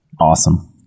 Awesome